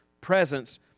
presence